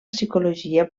psicologia